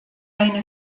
eine